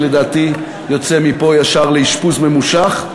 שלדעתי יוצא מפה ישר לאשפוז ממושך.